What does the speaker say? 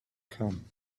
come